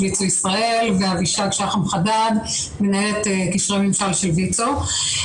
ישראל, ואבישג שחם חדד, מנהלת קשרי ממשל של ויצ"ו.